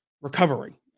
recovery